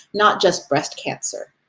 not just breast cancer.